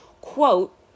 quote